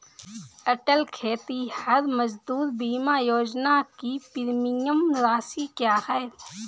अटल खेतिहर मजदूर बीमा योजना की प्रीमियम राशि क्या है?